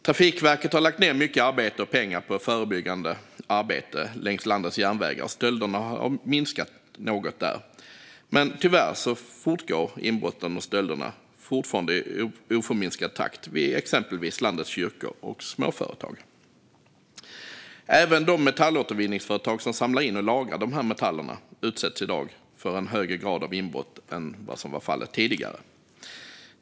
Trafikverket har lagt ned mycket arbete och pengar på förebyggande längs landets järnvägar, och stölderna har minskat något där. Men tyvärr fortgår inbrotten och stölderna fortfarande i oförminskad takt i exempelvis landets kyrkor och småföretag. Även de metallåtervinningsföretag som samlar in och lagrar dessa metaller utsätts i dag för inbrott i högre grad än vad som varit fallet tidigare.